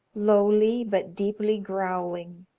lowly but deeply growling,